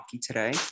today